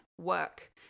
work